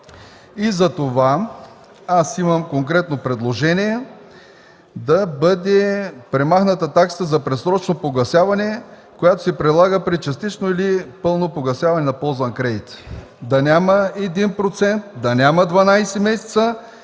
бранш. Аз имам конкретно предложение: да бъде премахната таксата за предсрочно погасяване, която се прилага при частично или пълно погасяване на ползван кредит, да няма 1%, да няма 12 месеца,